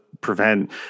prevent